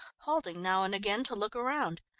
halting now and again to look around.